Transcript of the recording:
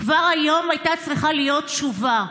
כבר היום הייתה צריכה להיות תשובה.